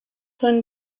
con